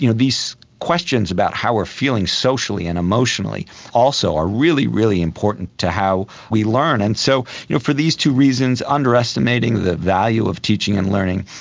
you know these questions about how we are feeling socially and emotionally also are really, really important to how we learn. and so you know for these two reasons, underestimating the value of teaching and learning,